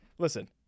Listen